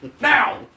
Now